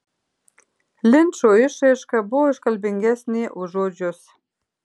linčo išraiška buvo iškalbingesnė už žodžius